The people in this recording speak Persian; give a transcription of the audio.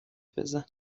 بزن